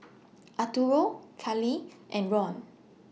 Arturo Kaley and Ron